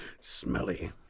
Smelly